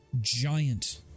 giant